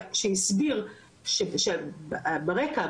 שהסביר שברקע,